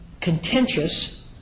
contentious